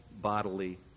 bodily